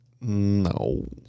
No